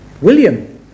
William